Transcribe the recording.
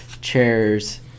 chairs